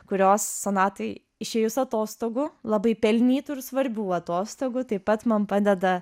kurios sonatai išėjus atostogų labai pelnytų ir svarbių atostogų taip pat man padeda